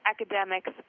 academics